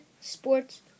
Sports